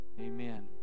Amen